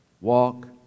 Walk